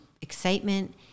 excitement